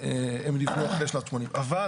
לא,